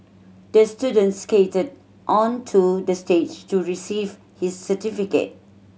the student skated onto the stage to receive his certificate